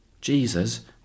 Jesus